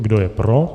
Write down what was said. Kdo je pro?